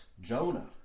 Jonah